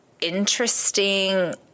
interesting